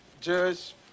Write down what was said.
Judge